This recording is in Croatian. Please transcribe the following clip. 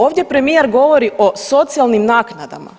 Ovdje premijer govori o socijalnim naknadama.